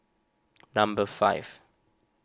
number five